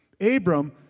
Abram